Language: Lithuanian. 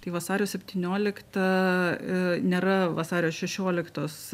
tai vasario septyniolikta ee nėra vasario šešioliktos